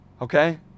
okay